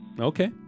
Okay